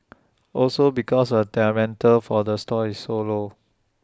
also because their rental for the stall is so low